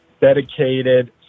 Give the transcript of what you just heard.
dedicated